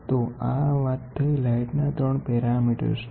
તો આ વાત થઈ લાઈટ ના ત્રણ પેરામીટર્સ ની